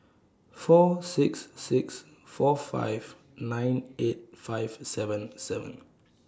four six six four five nine eight five seven seven